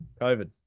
COVID